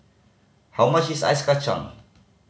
how much is Ice Kachang